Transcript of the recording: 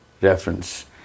reference